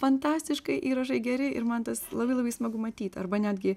fantastiškai įrašai geri ir man tas labai labai smagu matyt arba netgi